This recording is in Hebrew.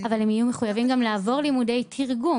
--- אבל הם יהיו מחויבים לעבור לימודי תרגום.